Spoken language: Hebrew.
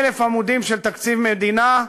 1,000 עמודים של תקציב מדינה,